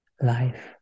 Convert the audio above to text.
life